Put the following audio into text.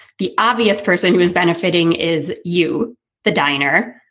the obvious person who is benefitting is you the diner.